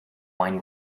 wine